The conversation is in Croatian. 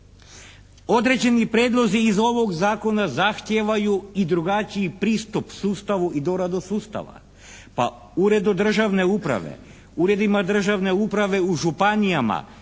Određeni prijedlozi iz ovog Zakona zahtijevaju i drugačiji pristup sustavu i doradu sustava. Pa Uredu državne uprave, uredima državne uprave u županijama